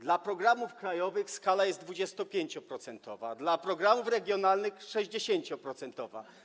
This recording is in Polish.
Dla programów krajowych skala jest 25-procentowa, dla programów regionalnych 60-procentowa.